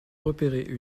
repérer